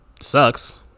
sucks